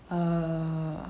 err